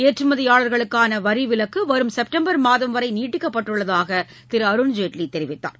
ஏற்றுமதியாளர்களுக்கான வரி விலக்கு வரும் செப்டம்பர் மாதம் வரை நீட்டிக்கப்பட்டுள்ளதாக திரு அருண்ஜேட்லி தெரிவித்தார்